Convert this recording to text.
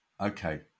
Okay